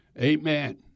Amen